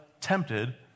tempted